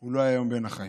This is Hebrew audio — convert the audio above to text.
הוא לא היה היום בין החיים.